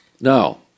Now